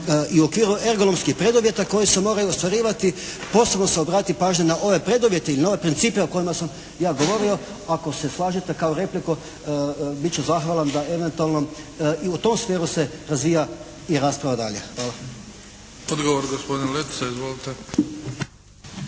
i u okviru ergonomskih preduvjeta koji se moraju ostvarivati posebno se obrati pažnja na ove preduvjete i na ove principe o kojima sam ja govorio ako se slažete kao repliku bit ću zahvalan da eventualno i u tom smjeru se razvija i rasprava dalje. Hvala. **Bebić, Luka (HDZ)** Odgovor gospodin Letica. Izvolite.